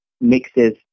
mixes